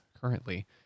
currently